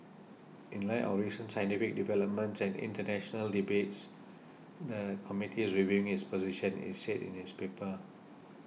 in light of recent scientific developments and international debates the committee is reviewing its position it's said in its paper